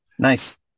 Nice